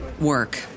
work